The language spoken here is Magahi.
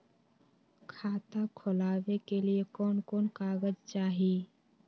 खाता खोलाबे के लिए कौन कौन कागज चाही?